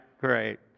Great